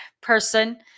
person